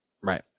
Right